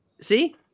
See